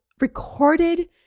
recorded